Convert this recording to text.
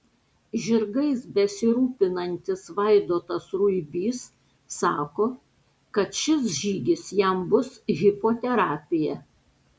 žirgais besirūpinantis vaidotas ruibys sako kad šis žygis jam bus hipoterapija